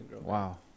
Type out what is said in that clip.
Wow